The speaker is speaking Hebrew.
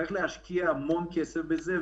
וצריך להשקיע המון כסף בהכשרה.